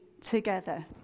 together